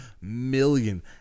million